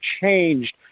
changed